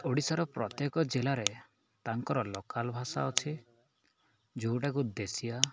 ଓଡ଼ିଶାର ପ୍ରତ୍ୟେକ ଜିଲ୍ଲାରେ ତାଙ୍କର ଲୋକାଲ ଭାଷା ଅଛି ଯେଉଁଟାକୁ ଦେଶିଆ